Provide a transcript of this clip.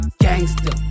gangster